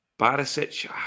Barisic